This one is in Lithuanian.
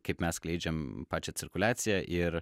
kaip mes skleidžiam pačią cirkuliaciją ir